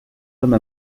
homme